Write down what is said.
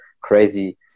crazy